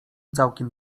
całkiem